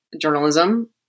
journalism